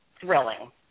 thrilling